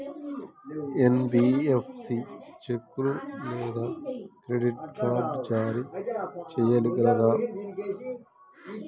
NBFC చెక్కులు లేదా credit card జారీ చేయగలదా?